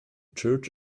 church